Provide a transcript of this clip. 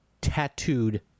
tattooed